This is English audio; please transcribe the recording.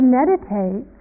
meditate